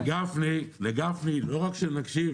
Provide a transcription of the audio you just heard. לגפני לא רק שנקשיב,